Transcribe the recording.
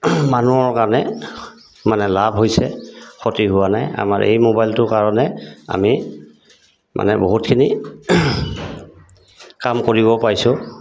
মানুহৰ কাৰণে মানে লাভ হৈছে ক্ষতি হোৱা নাই আমাৰ এই মোবাইলটোৰ কাৰণে আমি মানে বহুতখিনি কাম কৰিব পাইছোঁ